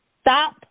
stop